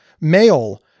male